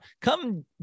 Come